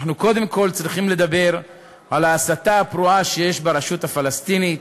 אנחנו קודם כול צריכים לדבר על ההסתה הפרועה שיש ברשות הפלסטינית,